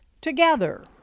together